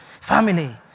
family